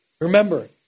Remember